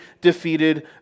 defeated